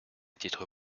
titre